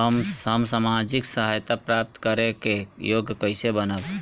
हम सामाजिक सहायता प्राप्त करे के योग्य कइसे बनब?